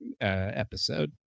episode